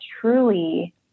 truly